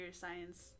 science